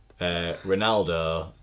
Ronaldo